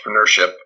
entrepreneurship